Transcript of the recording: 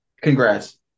congrats